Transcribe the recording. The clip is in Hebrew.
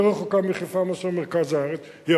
יותר רחוקה ממרכז הארץ מאשר חיפה,